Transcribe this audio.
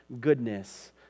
goodness